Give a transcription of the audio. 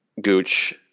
Gooch